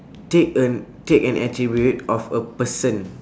take a take an attribute of a person